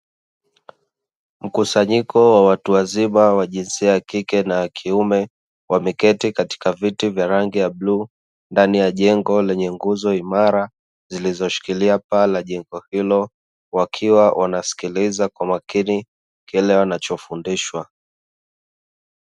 Mkusanyiko wa watu wazima wa jinsia ya kike na kiume, wameketi katika viti vya rangi ya bluu, ndani ya jengo lenye nguzo imara zilizoshikilia pale jengo hilo wakiwa wanasikiliza kwa makini kile wanachofundishwa.